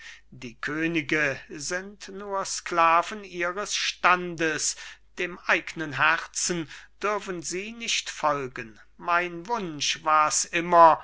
die könige sind nur sklaven ihres standes dem eignen herzen dürfen sie nicht folgen mein wunsch war's immer